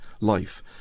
life